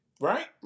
Right